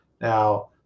now